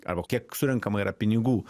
arba kiek surenkama yra pinigų